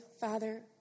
father